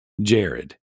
Jared